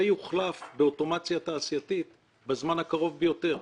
יוחלף באוטומציה תעשייתית בזמן הקרוב ביותר.